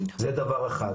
זה דבר אחד.